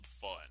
Fun